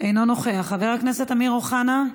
אינו נוכח, חבר הכנסת אמיר אוחנה,